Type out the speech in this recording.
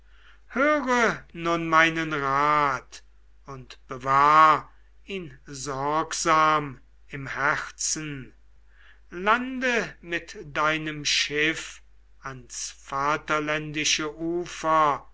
höre nun meinen rat und bewahr ihn sorgsam im herzen lande mit deinem schiff ans vaterländische ufer